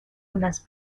unas